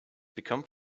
become